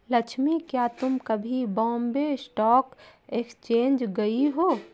लक्ष्मी, क्या तुम कभी बॉम्बे स्टॉक एक्सचेंज गई हो?